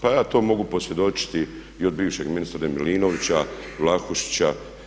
Pa ja to mogu posvjedočiti i od bivšeg ministra Milinovića, Vlahušića.